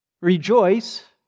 rejoice